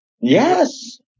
Yes